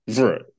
Right